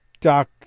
Doc